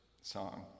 song